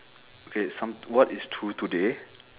okay some what is true today